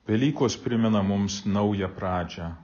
velykos primena mums naują pradžią